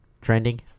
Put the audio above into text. trending